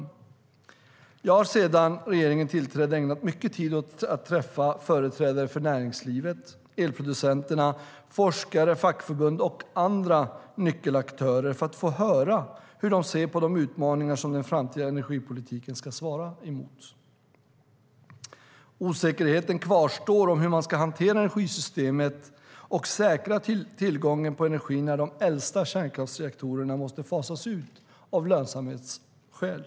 Jag har sedan regeringen tillträdde ägnat mycket tid åt att träffa företrädare för näringslivet, elproducenterna, forskare, fackförbund och andra nyckelaktörer för att få höra hur de ser på de utmaningar som den framtida energipolitiken ska svara emot. Osäkerheten kvarstår om hur man ska hantera energisystemet och säkra tillgången på energi när de äldsta kärnkraftsreaktorerna måste fasas ut av lönsamhetsskäl.